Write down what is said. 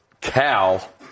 Cal